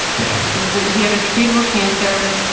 yeah it was. he had a treatable cancer.